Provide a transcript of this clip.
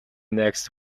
next